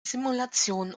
simulationen